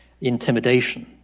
intimidation